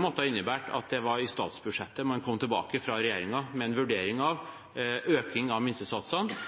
måtte innebære at det var i statsbudsjettet regjeringen kom tilbake med en vurdering av økning av minstesatsene, og at man da selvfølgelig også måtte kombinert det med en